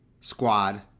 squad